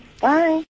Bye